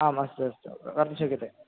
आम् अस्तु अस्तु कर्तुं शक्यते